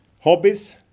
Hobbies